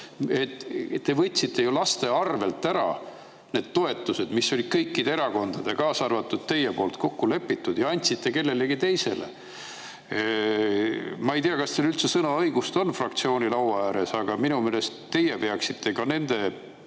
Te võtsite ju laste arvelt ära need toetused, mis olid kõikide erakondade, kaasa arvatud teie poolt kokku lepitud, ja andsite kellelegi teisele. Ma ei tea, kas teil üldse sõnaõigust on fraktsiooni laua ääres, aga minu meelest teie peaksite ka nende